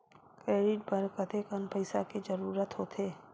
Credit बर कतेकन पईसा के जरूरत होथे?